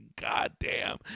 goddamn